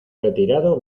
retirado